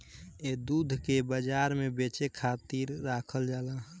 ए दूध के बाजार में बेचे खातिर राखल जाला